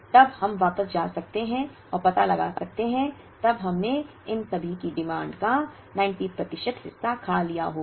तब हम वापस जा सकते हैं और पता लगा सकते हैं तब हमने इन सभी की डिमांड का 90 प्रतिशत हिस्सा खा लिया होगा